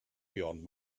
beyond